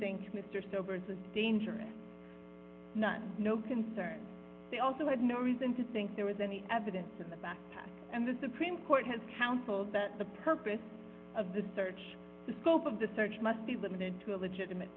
think mr stover's a dangerous no concern they also had no reason to think there was any evidence of a backpack and the supreme court has counseled that the purpose of the search the scope of the search must be limited to a legitimate